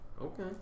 Okay